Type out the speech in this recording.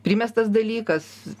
primestas dalykas